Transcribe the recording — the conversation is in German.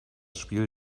spiel